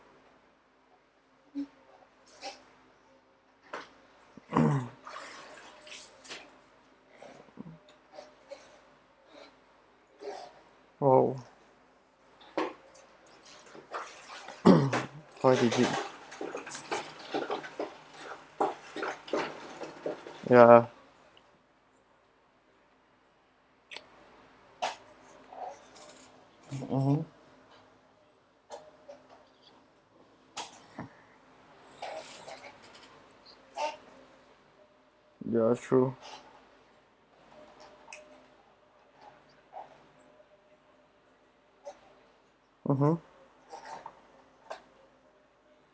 oh why they did ya mmhmm ya that's true mmhmm